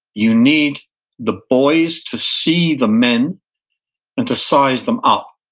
you need the boys to see the men and to size them up,